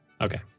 Okay